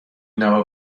know